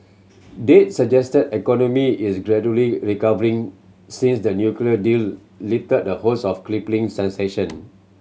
data suggest economy is gradually recovering since the nuclear deal lifted the host of crippling sanction